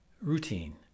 routine